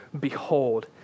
Behold